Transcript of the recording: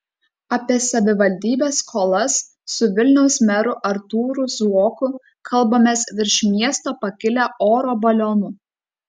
apie savivaldybės skolas su vilniaus meru artūru zuoku kalbamės virš miesto pakilę oro balionu